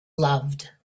loved